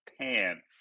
pants